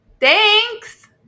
Thanks